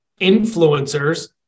influencers